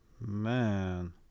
Man